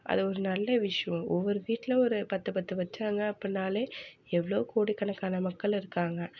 அது ஒரு நல்ல விஷயம் ஒரு வீட்டில் ஒரு பத்து பத்து வைச்சாங்க அப்படினாலே எவ்வளோ கோடிக்கணக்கான மக்கள் இருக்காங்க